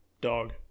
dog